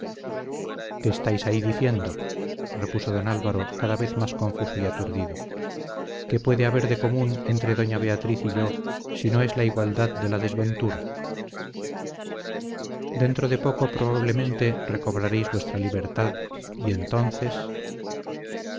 qué estáis ahí diciendo repuso don álvaro cada vez más confuso y aturdido qué puede haber de común entre doña beatriz y yo si no es la igualdad de la desventura dentro de poco probablemente recobraréis vuestra libertad y entonces